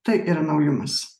tai yra naujumas